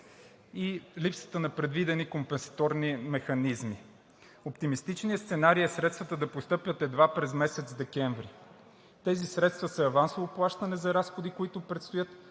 и липсата на предвидени компенсаторни механизми. Оптимистичният сценарий е средствата да постъпят едва през месец декември. Тези средства са авансово плащане за разходи, които предстоят,